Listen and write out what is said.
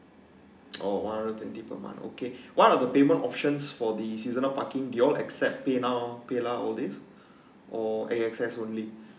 oh one hundred twenty per months okay what are the payment options for the seasonal parking did you all accept paynow paylah all these or A_X_S only